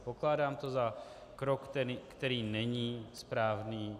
Pokládám to za krok, který není správný.